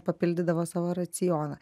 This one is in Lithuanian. papildydavo savo racioną